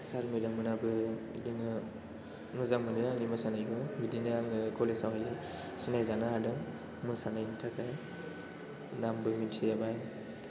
सार मेडाममोनाबो बिदिनो मोजां मोनो आंनि मोसानायखौ बिदिनो आङो कलेजाव सिनायजानो हादों मोसानायनि थाखाय नामबो मिथि जाबाय